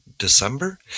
December